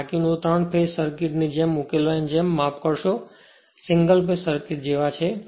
અને બાકીનું 3 ફેઝ સર્કિટને ઉકેલવા ની જેમ જ માફ કરશો સિંગલ ફેઝ સર્કિટજેવા છે